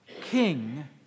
king